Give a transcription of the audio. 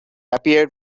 appeared